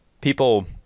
people